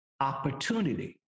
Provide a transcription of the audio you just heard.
opportunity